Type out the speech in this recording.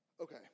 Okay